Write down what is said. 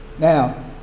Now